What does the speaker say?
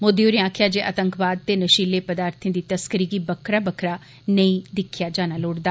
मोदी होरें आक्खेआ जे आतंकवाद ते नशीलें पदार्थें दी तस्करी गी बक्खरा बक्खरा नेईं दिक्खेआ जाना लोड़दा